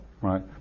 right